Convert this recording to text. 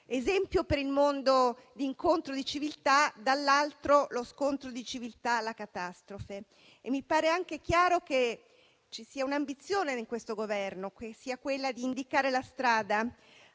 esempio per il mondo di incontro di civiltà; dall'altra, lo scontro di civiltà e la catastrofe. Mi pare anche chiaro che ci sia l'ambizione in questo Governo di indicare a buona